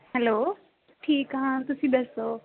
hello ਠੀਕ ਹਾਂ ਤੁਸੀਂ ਦੱਸੋ